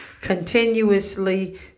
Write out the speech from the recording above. continuously